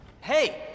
Hey